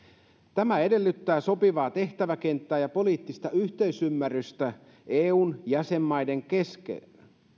tämä edellyttää sopivaa tehtäväkenttää ja poliittista yhteisymmärrystä eun jäsenmaiden kesken